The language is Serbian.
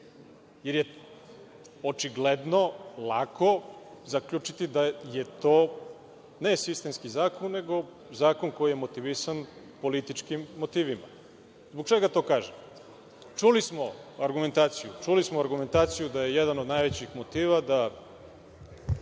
jer je očigledno lako zaključiti da je to ne sistemski zakon, nego zakon koji je motivisan političkim motivima? Zbog čega to kažem? Čuli smo argumentaciju da je jedan od najvećih motiva da